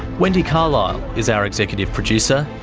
wendy carlisle is our executive producer.